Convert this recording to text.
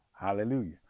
hallelujah